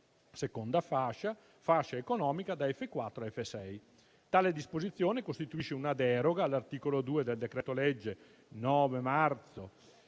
seconda fascia, fascia economica da F4 a F6. Tale disposizione costituisce una deroga all'articolo 2 del decreto-legge 9 marzo